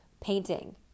painting